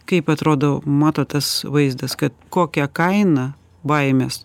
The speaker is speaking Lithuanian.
kaip atrodo matot tas vaizdas kad kokią kainą baimės